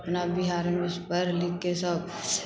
अपना बिहारमे पढ़ि लिखिके सभ